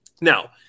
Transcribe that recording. Now